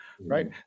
right